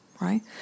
right